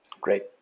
Great